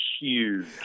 huge